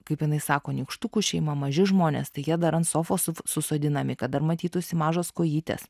kaip jinai sako nykštukų šeima maži žmonės tai jie dar ant sofos susodinami kad dar matytųsi mažos kojytės